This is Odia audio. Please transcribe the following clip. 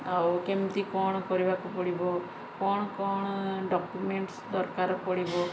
ଆଉ କେମିତି କ'ଣ କରିବାକୁ ପଡ଼ିବ କ'ଣ କ'ଣ ଡକ୍ୟୁମେଣ୍ଟସ୍ ଦରକାର ପଡ଼ିବ